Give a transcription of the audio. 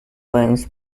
wines